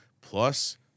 plus